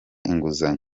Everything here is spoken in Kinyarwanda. inguzanyo